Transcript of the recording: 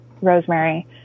Rosemary